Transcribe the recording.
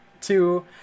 two